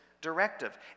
directive